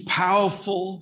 powerful